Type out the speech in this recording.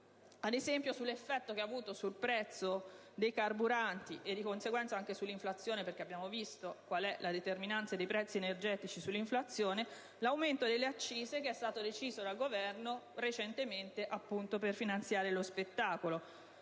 ad esempio sull'effetto che ha avuto sul prezzo dei carburanti, e di conseguenza anche sull'inflazione - perché abbiamo visto qual è la determinanza dei prezzi energetici sull'inflazione - l'aumento delle accise deciso dal Governo recentemente per finanziare lo spettacolo.